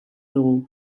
dugu